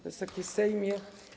Wysoki Sejmie!